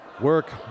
work